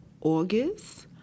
august